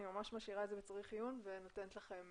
אני משאירה את זה בצריך עיון ונותנת לכם